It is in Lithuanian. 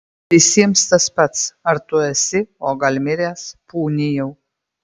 visiems tas pats ar tu esi o gal miręs pūni jau